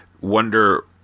wonder